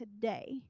today